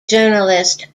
journalist